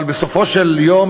אבל בסופו של יום,